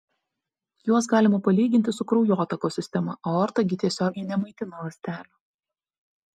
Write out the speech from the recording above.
juos galima palyginti su kraujotakos sistema aorta gi tiesiogiai nemaitina ląstelių